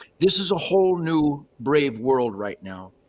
this is a whole new brave world right now.